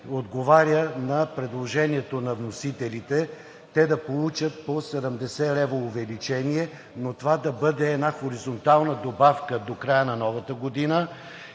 отговаря на предложението на вносителите пенсионерите да получат по 70 лв. увеличение, но това да бъде една хоризонтална добавка до края на годината